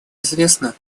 известно